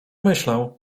myślę